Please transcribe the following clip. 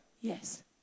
yes